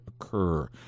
occur